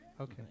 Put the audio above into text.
Okay